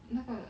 那个